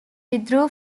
withdrew